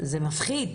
זה מפחיד.